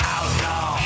Outlaw